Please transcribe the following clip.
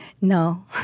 No